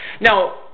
now